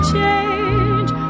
change